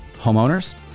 homeowners